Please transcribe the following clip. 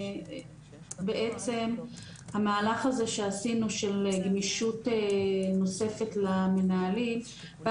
בעצם המהלך הזה שעשינו של גמישות נוספת למנהלים בא